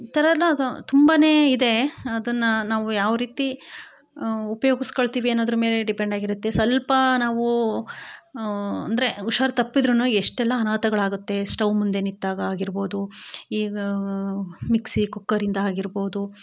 ತರದದು ತುಂಬನೇ ಇದೆ ಅದನ್ನು ನಾವು ಯಾವ ರೀತಿ ಉಪ್ಯೋಗಿಸ್ಕೊಳ್ತೀವಿ ಅನ್ನೋದ್ರ ಮೇಲೆ ಡಿಪೆಂಡ್ ಆಗಿರುತ್ತೆ ಸ್ವಲ್ಪ ನಾವೂ ಅಂದರೆ ಹುಷಾರು ತಪ್ಪಿದ್ರೂ ಎಷ್ಟೆಲ್ಲ ಅನಾಹುತಗಳು ಆಗುತ್ತೆ ಸ್ಟವ್ ಮುಂದೆ ನಿಂತಾಗ ಆಗಿರಬೋದು ಈಗ ಮಿಕ್ಸಿ ಕುಕ್ಕರಿಂದ ಆಗಿರಬೋದು